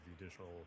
additional